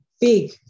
big